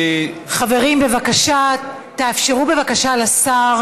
חברים, בבקשה, תאפשרו בבקשה לשר